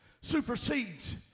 supersedes